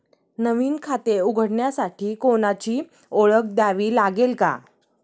नवीन खाते उघडण्यासाठी कोणाची ओळख द्यावी लागेल का?